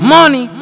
Money